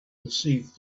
perceived